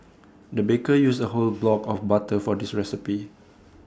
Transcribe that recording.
the baker used A whole block of butter for this recipe